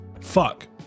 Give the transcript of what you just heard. Fuck